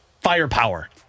firepower